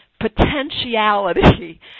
potentiality